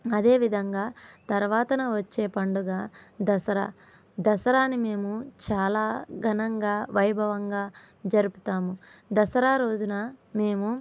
అదేవిదంగా తర్వాతన వచ్చే పండుగ దసరా దసరాని మేము చాలా ఘనంగా వైభవంగా జరుపుతాము దసరా రోజున మేము